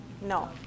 no